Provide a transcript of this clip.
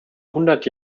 hundert